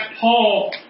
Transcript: Paul